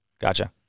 Gotcha